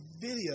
video